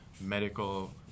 medical